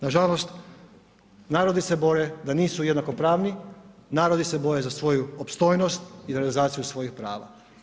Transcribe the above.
Nažalost narodi se bore da nisu jednakopravni, narodi se boje za svoju opstojnost i legalizaciju svojih prava.